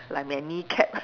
like my knee cap